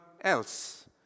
else